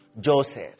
Joseph